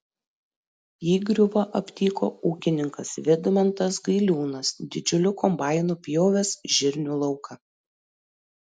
įgriuvą aptiko ūkininkas vidmantas gailiūnas didžiuliu kombainu pjovęs žirnių lauką